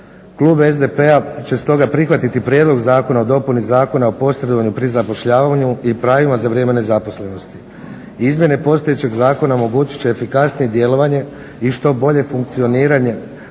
Klub SDP-a će stoga prihvatiti prijedlog Zakona o dopuni Zakona o posredovanju pri zapošljavanju i pravima za vrijeme nezaposlenosti. Izmjene postojećeg zakona omogućit će efikasnije djelovanje i što bolje funkcioniranje